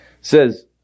Says